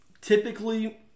Typically